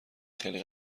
خیلی